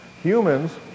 Humans